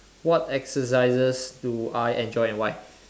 what exercises do I enjoy and why